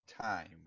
time